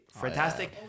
fantastic